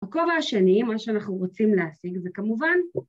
בכובע השני, מה שאנחנו רוצים להשיג זה כמובן...